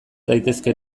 daitezke